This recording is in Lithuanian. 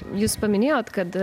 jūs paminėjot kad